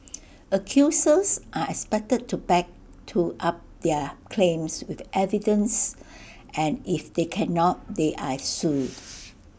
accusers are expected to back to up their claims with evidence and if they cannot they are sued